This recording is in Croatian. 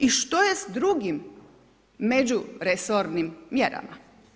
I što je s drugim međuresornim mjerama?